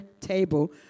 table